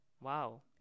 wow